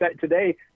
today